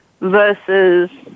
versus